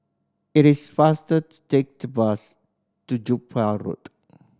it is faster to take the bus to Jupiter Road